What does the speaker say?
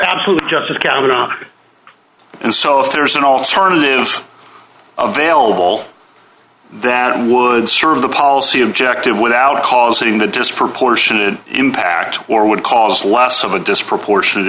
absolutely just sit down and so if there is an alternative available that it would serve the policy objective without causing the disproportionate impact or would cause less of a disproportionate